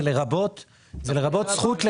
זה לרבות זכות,